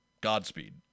Godspeed